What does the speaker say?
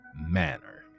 manner